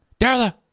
Darla